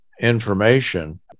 information